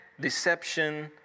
deception